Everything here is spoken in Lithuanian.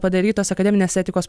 padarytos akademinės etikos